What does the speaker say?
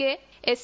K S